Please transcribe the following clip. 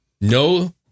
No